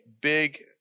big